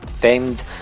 famed